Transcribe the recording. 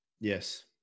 yes